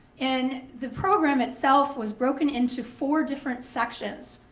and the program itself was broken into four different sections.